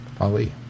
Ali